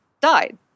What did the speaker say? died